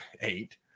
eight